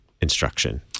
instruction